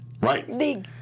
Right